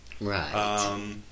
Right